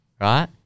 right